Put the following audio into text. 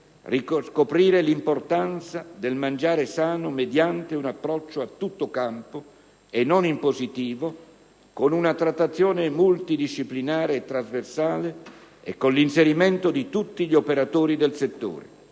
riscoprire l'importanza del mangiare sano mediante un approccio a tutto campo e non impositivo, con una trattazione multidisciplinare e trasversale e con l'interessamento di tutti gli operatori del settore